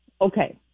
Okay